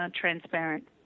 transparent